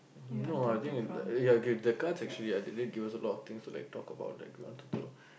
no I think I in the ya okay the cards are actually are they give us a lot of things to talk about that you wanted to